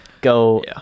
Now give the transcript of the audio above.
go